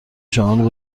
شامل